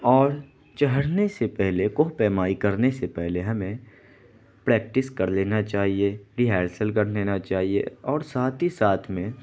اور چڑھنے سے پہلے کوہ پیمائی کرنے سے پہلے ہمیں پریکٹس کر لینا چاہیے ریہرسل کر لینا چاہیے اور ساتھ ہی ساتھ میں